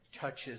touches